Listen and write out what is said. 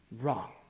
Wrong